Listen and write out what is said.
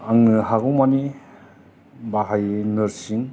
आंनो हागौमानि बाहायो नोरसिं